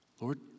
Lord